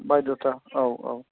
बायध'था औ औ औ